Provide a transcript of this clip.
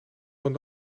van